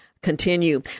Continue